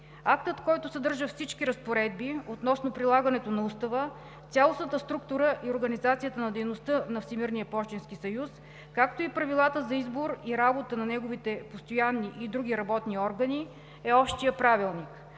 Актът, който съдържа всички разпоредби относно прилагането на Устава, цялостната структура и организация на дейността на Всемирния пощенски съюз, както и правилата за избор и работа на неговите постоянни и други работни органи, е Общият правилник.